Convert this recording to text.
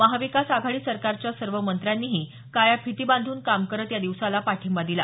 महाविकास आघाडी सरकारच्या सर्व मंत्र्यांनीही काळ्या फिती बांधून काम करत या दिवसाला पाठिंबा दिला